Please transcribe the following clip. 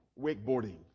wakeboarding